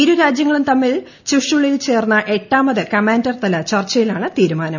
ഇരുരാജ്യങ്ങളും തമ്മിൽ ചുഷുളിൽ ചേർന്ന എട്ടാമത് കമാൻഡർ തല ചർച്ചയിലാണ് തീരുമാനം